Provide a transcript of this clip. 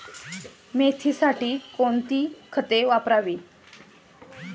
मेथीसाठी कोणती खते वापरावी?